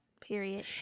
Period